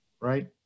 right